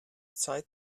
zeit